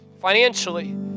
financially